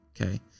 Okay